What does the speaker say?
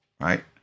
Right